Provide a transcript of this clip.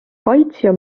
kaitsja